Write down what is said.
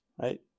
right